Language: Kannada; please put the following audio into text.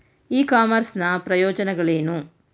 ಇ ಕಾಮರ್ಸ್ ನ ಪ್ರಯೋಜನಗಳೇನು?